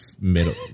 middle